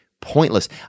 pointless